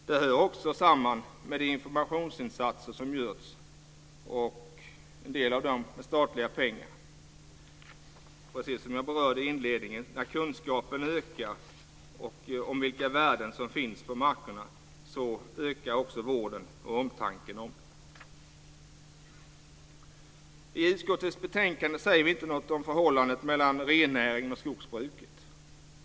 Det hör också samman med de informationsinsatser som gjorts, och en del av dem har gjorts med statliga pengar. Det är precis som jag sade i inledningen. När kunskapen ökar om vilka värden som finns på markerna ökar också vården och omtanken om dem. I utskottets betänkande säger vi inte något om förhållandet mellan rennäringen och skogsbruket.